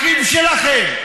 אחים שלכם.